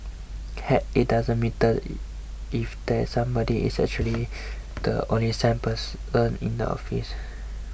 heck it doesn't matter if that somebody is actually the only sane person in the office